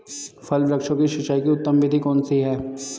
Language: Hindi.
फल वृक्षों की सिंचाई की उत्तम विधि कौन सी है?